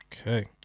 Okay